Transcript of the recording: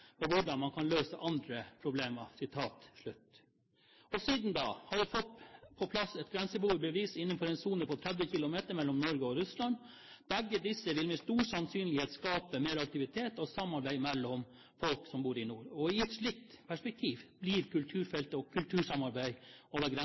men om samarbeid. Og at den kan fungere som en modell på hvordan man kan løse andre problemer.» Siden da har vi fått på plass et grenseboerbevis innenfor en sone på 30 km mellom Norge og Russland. Begge disse vil med stor sannsynlighet skape mer aktivitet og samarbeid mellom folk som bor i nord. I et slikt perspektiv blir